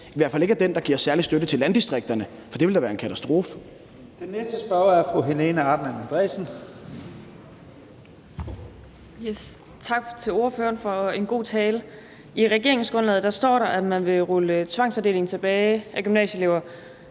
i hvert fald ikke er den, der giver særlig støtte til landdistrikterne. For det ville da være en katastrofe.